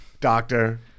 Doctor